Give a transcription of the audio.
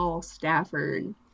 stafford